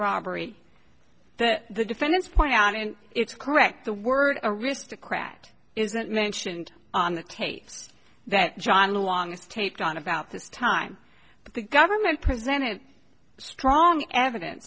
robbery that the defendants point out and it's correct the word aristocrat isn't mentioned on the tapes that john longs taped on about this time but the government presented strong evidence